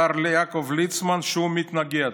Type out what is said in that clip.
השר יעקב ליצמן, שהוא מתנגד,